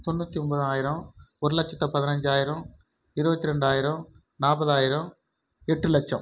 தொண்ணூற்றி ஒன்பதாயிரம் ஒரு லட்சத்து பதினஞ்சாயிரம் இருபத்ரெண்டாயிரம் நாற்பதாயிரம் எட்டு லட்சம்